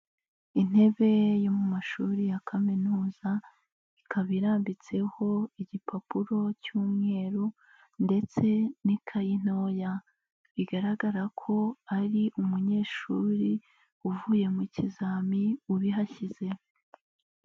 Intebe yo mu mashuri ya kaminuza ikaba irambitseho igipapuro cy'umweru ndetse n'ikayi ntoya, bigaragara ko ari umunyeshuri uvuye mu kizami ubihashyize.